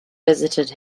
visited